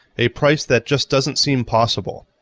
a price that just doesn't seem possible